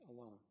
alone